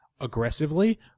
aggressively